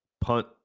punt